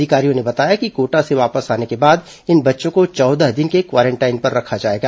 अधिकारियों ने बताया कि कोटा से वापस आने के बाद इन बच्चों को चौदह दिन के क्वारेंटाइन पर रखा जाएगा